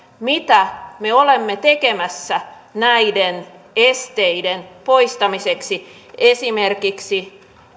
mitä me olemme tekemässä näiden esteiden poistamiseksi esimerkiksi